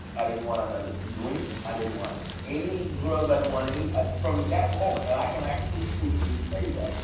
i didn't want another drink, i didn't want any drugs, i didn't want any from that moment. and i can actually truthfully say that.